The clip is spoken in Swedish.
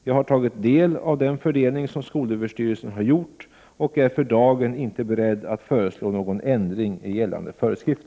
Jag har tagit del av den fördelning som skolöverstyrelsen har gjort och är för dagen inte beredd att föreslå någon ändring i gällande föreskrifter.